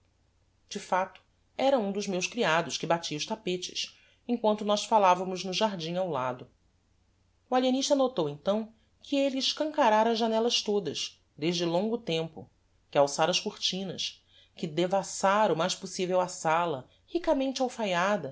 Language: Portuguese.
de facto era um dos meus criados que batia os tapetes emquanto nós falavamos no jardim ao lado o alienista notou então que elle escancarára as janellas todas desde longo tempo que alçára as cortinas que devassára o mais possivel a sala ricamente alfaiada